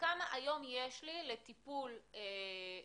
- כמה היום יש לי לטיפול בקורונה?